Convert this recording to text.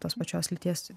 tos pačios lyties